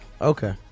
Okay